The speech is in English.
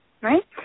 right